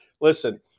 Listen